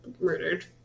murdered